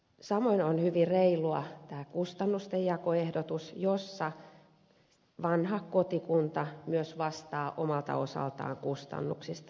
samoin on hyvin reilu tämä kustannustenjakoehdotus jossa vanha kotikunta myös vastaa omalta osaltaan kustannuksista